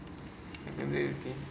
mmhmm